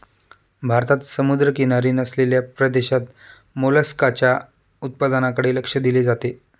भारतात समुद्रकिनारी नसलेल्या प्रदेशात मोलस्काच्या उत्पादनाकडे लक्ष दिले जाते